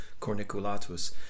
corniculatus